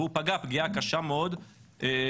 והיא פגעה פגיעה קשה מאוד בביטחון